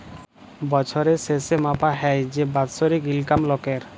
বছরের শেসে মাপা হ্যয় যে বাৎসরিক ইলকাম লকের